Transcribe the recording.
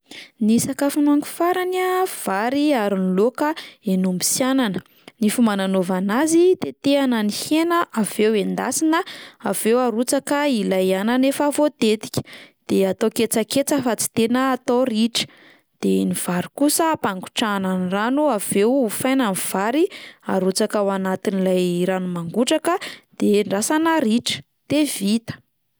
Ny sakafo nohaniko farany a: vary ary ny laoka hen'omby sy anana. Ny fomba nanaovana azy: tetehana ny hena avy eo endasina, avy eo arotsaka ilay anana efa voatetika, de atao ketsaketsa fa tsy tena atao ritra, de ny vary kosa: ampangotrahana ny rano avy eo hofaina ny vary, arotsaka ao anatin'ilay rano mangotraka, de endrasana ritra de vita.